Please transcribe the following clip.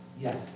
Yes